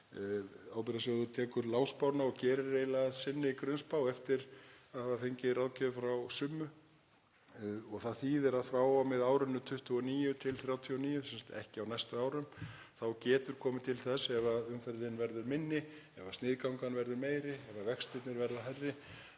Ábyrgðasjóður tekur lágspána og gerir eiginlega að sinni grunnspá eftir að hafa fengið ráðgjöf frá Summu. Það þýðir að frá og með árinu 29 til 39, sem sagt ekki á næstu árum, getur komið til þess, ef umferðin verður minni, ef sniðgangan verður meiri, ef vextirnir verða hærri,